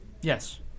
Yes